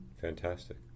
Fantastic